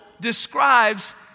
describes